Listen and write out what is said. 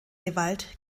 gewalt